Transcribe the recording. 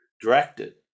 directed